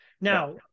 Now